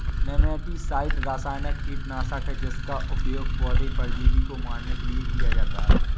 nematicide रासायनिक कीटनाशक है जिसका उपयोग पौधे परजीवी को मारने के लिए किया जाता है